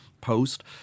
post